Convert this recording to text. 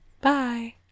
Bye